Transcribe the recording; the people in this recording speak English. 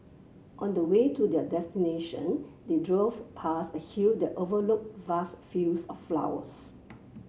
on the way to their destination they drove past a hill that overlooked vast fields of flowers